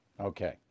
Okay